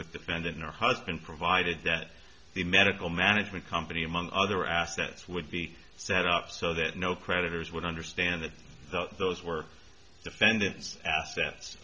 with defendant your husband provided that the medical management company among other assets would be set up so that no creditors would understand that those were defendants assets